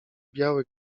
biały